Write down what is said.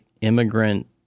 immigrant